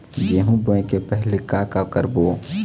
गेहूं बोए के पहेली का का करबो?